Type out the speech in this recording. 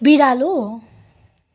बिरालो